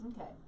Okay